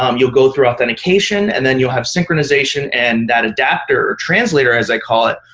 um you'll go through authentication, and then you'll have synchronization. and that adapter or translator, as i call it,